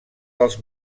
dels